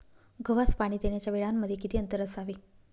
गव्हास पाणी देण्याच्या वेळांमध्ये किती अंतर असावे?